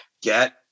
Get